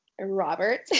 robert